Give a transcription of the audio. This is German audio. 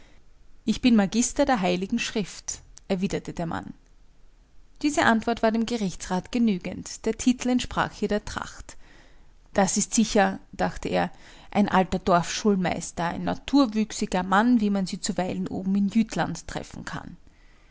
ich bin magister der heiligen schrift erwiderte der mann diese antwort war dem gerichtsrat genügend der titel entsprach hier der tracht das ist sicher dachte er ein alter dorfschulmeister ein naturwüchsiger mann wie man sie zuweilen oben in jütland treffen kann